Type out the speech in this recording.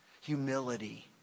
Humility